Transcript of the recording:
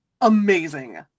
amazing